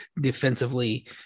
defensively